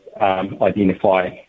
identify